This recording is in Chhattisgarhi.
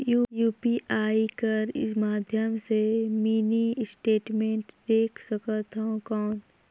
यू.पी.आई कर माध्यम से मिनी स्टेटमेंट देख सकथव कौन?